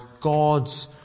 God's